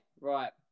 Right